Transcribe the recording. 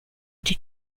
die